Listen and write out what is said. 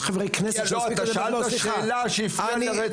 -- לא, שאלת אותי שאלה שהפריעה לרצף שלי.